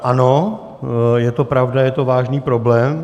Ano, je to pravda, je to vážný problém.